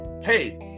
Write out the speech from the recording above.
Hey